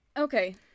Okay